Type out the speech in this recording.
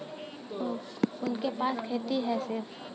उनके पास खेती हैं सिर्फ